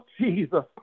Jesus